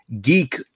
Geek